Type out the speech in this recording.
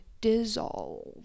dissolve